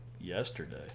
yesterday